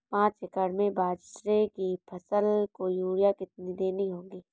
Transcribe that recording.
पांच एकड़ में बाजरे की फसल को यूरिया कितनी देनी होगी?